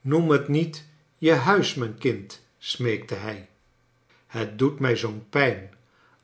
noem het niet je huis mijn kind smeekte hij het doot mij zoo'n pijn